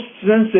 sensitive